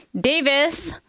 Davis